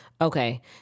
Okay